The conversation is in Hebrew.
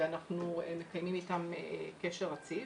ואנחנו מקיימים איתם קשר רציף,